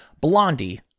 Blondie